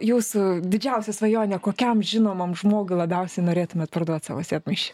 jūsų didžiausia svajonė kokiam žinomam žmogui labiausiai norėtumėt parduoti savo sėdmaišį